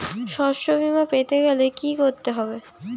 শষ্যবীমা পেতে গেলে কি করতে হবে?